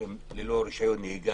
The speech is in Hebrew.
חמש שנים,